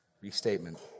restatement